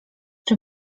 czy